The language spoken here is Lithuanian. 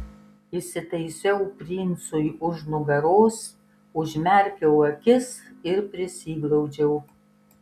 įsitaisiau princui už nugaros užmerkiau akis ir prisiglaudžiau